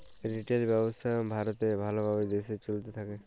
retail ব্যবসা ভারতে ভাল ভাবে দেশে চলতে থাক্যে